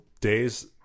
days